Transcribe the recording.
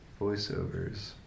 voiceovers